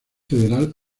federal